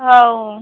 हो